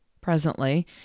Presently